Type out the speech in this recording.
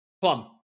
Plum